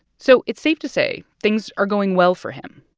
so it's safe to say things are going well for him.